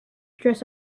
dress